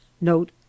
note